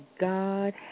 God